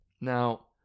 Now